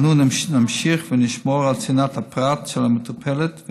אנו נמשיך ונשמור על צנעת הפרט של המטופלת,